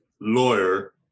lawyer